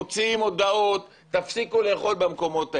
מוצאים הודעות: תפסיקו לאכול במקומות האלה.